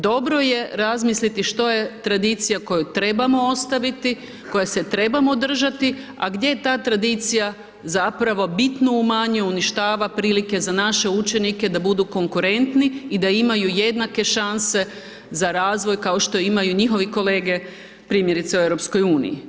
Dobro je razmisliti što je tradicija koju trebamo ostaviti, koje se trebamo držati a gdje je ta tradicija zapravo bitno u manje uništava prilike za naše učenike da budu konkurentni i da imaju jednake šanse za razvoj kao što imaju njihove kolege primjerice u EU.